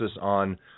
on